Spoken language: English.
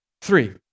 three